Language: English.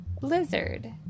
blizzard